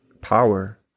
power